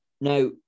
Now